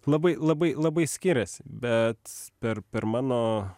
labai labai labai skiriasi bet per per mano